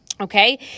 Okay